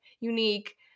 unique